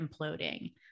imploding